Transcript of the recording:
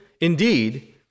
indeed